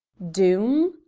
doom?